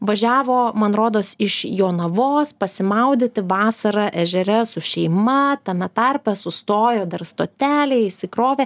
važiavo man rodos iš jonavos pasimaudyti vasarą ežere su šeima tame tarpe sustojo dar stotelėje įsikrovė